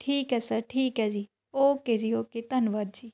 ਠੀਕ ਹੈ ਸਰ ਠੀਕ ਹੈ ਜੀ ਓਕੇ ਜੀ ਓਕੇ ਧੰਨਵਾਦ ਜੀ